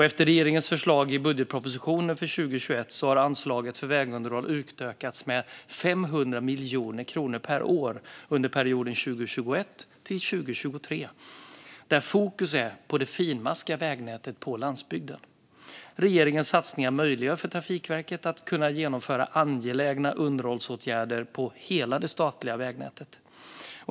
Efter regeringens förslag i budgetpropositionen för 2021 har anslaget för vägunderhåll utökats med 500 miljoner kronor per år under perioden 2021-2023 där fokus är på det finmaskiga vägnätet på landsbygden. Regeringens satsningar möjliggör för Trafikverket att genomföra angelägna underhållsåtgärder på hela det statliga vägnätet.